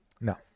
No